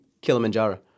Kilimanjaro